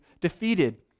defeated